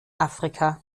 afrika